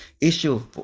issue